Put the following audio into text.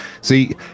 see